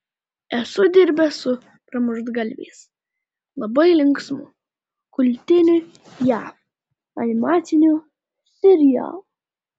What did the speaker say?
esu dirbęs su pramuštgalviais labai linksmu kultiniu jav animaciniu serialu